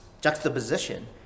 juxtaposition